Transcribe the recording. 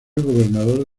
gobernador